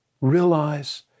realize